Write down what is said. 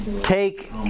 take